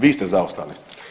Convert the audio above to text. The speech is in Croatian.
Vi ste zaostali.